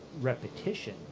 repetition